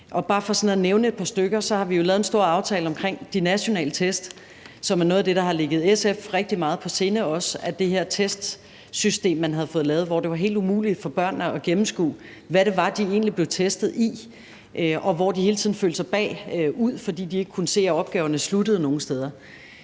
bare sådan skal nævne et par stykker, har vi jo lavet en stor aftale om de nationale test, som er noget af det, der også har ligget SF rigtig meget på sinde – altså om det her testsystem, man havde fået lavet, hvor det var helt umuligt for børnene at gennemskue, hvad det egentlig var, de blev testet i, og hvor de hele tiden følte sig bagud, fordi de ikke kunne se, at opgaverne sluttede nogen steder.